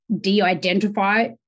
de-identify